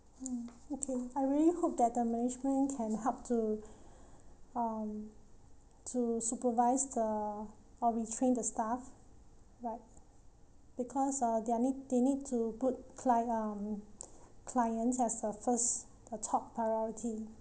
mm okay I really hope that the management can help to um to supervise the or retrain the staff right because uh they're need they need to put clie~ um clients as a first the top priority